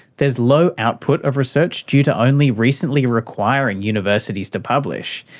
there is low output of research due to only recently requiring universities to publish,